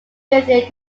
within